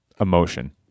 emotion